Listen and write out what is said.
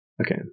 Okay